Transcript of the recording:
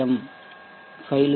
எம்system design